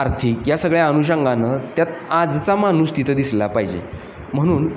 आर्थिक या सगळ्या अनुषंगांनं त्यात आजचा माणूस तिथं दिसला पाहिजे म्हणून